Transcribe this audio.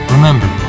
Remember